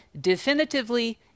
definitively